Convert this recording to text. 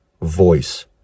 voice